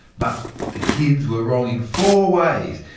but the kids were wrong in four ways,